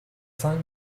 cinq